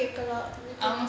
ஆமா:aamaa